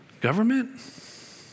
Government